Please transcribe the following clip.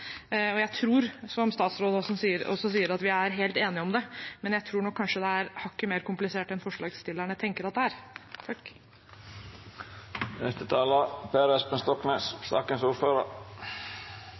Jeg tror, som statsråden også sier, at vi er helt enige om det, men jeg tror nok kanskje det er hakket mer komplisert enn forslagsstillerne tenker at det er.